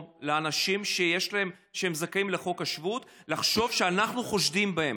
לאנשים שהם זכאי חוק השבות לחשוב שאנחנו חושדים בהם.